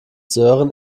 sören